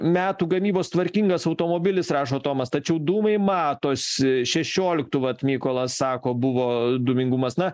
metų gamybos tvarkingas automobilis rašo tomas tačiau dūmai matos šešioliktų vat mykolas sako buvo dūmingumas na